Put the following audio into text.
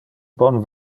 bon